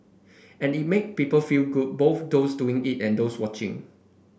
and it made people feel good both those doing it and those watching